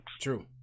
True